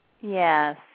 Yes